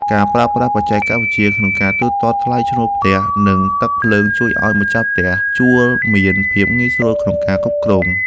ការប្រើប្រាស់បច្ចេកវិទ្យាក្នុងការទូទាត់ថ្លៃឈ្នួលផ្ទះ និងទឹកភ្លើងជួយឱ្យម្ចាស់ផ្ទះជួលមានភាពងាយស្រួលក្នុងការគ្រប់គ្រង។